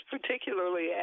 particularly